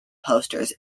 posters